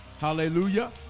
Hallelujah